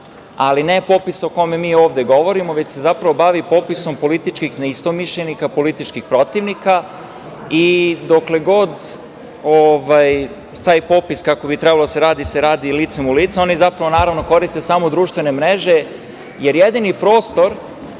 ali ne popisa o kome mi ovde govorimo, već se bavi popisom političkih neistomišljenika, političkih protivnika. Dokle god taj popis kako bi trebalo da se radi se radi licem u licem, oni zapravo, naravno koriste samo društvene mreže, jer jedini prostor